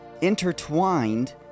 intertwined